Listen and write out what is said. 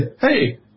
Hey